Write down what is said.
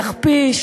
יכפיש,